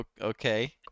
okay